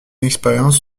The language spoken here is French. expérience